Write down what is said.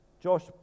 Josh